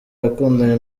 yakundanye